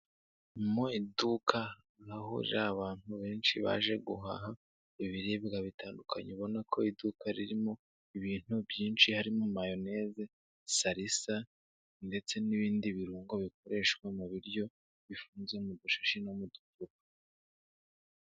Mu iduka ahahurira abantu benshi baje guhaha ibiribwa bitandukanye ubona ko iduka ririmo ibintu byinshi harimo mayoneze, salisa ndetse n'ibindi birungo bikoreshwa mu biryo bifunze mu dushashi no mu ducupa.